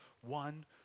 one